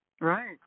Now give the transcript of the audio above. Right